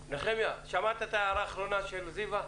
נחמיה, שמעת את ההערה האחרונה של זיוה?